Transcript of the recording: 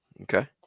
Okay